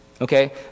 Okay